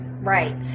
Right